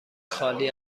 خالی